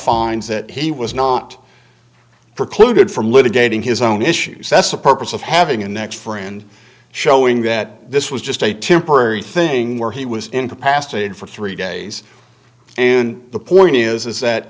finds that he was not precluded from litigating his own issues that's the purpose of having a next friend showing that this was just a temporary thing where he was incapacitated for three days and the point is that